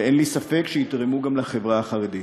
ואין לי ספק שיתרמו גם לחברה החרדית.